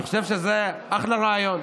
אני חושב שזה אחלה רעיון,